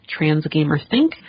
transgamerthink